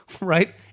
right